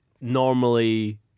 normally